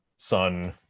son.